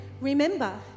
remember